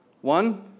One